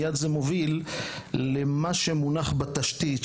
מיד זה מוביל למה שמונח בתשתית,